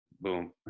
boom